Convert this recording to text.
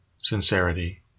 Sincerity